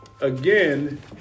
again